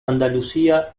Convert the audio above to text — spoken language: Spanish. andalucía